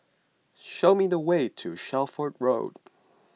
show me the way to Shelford Road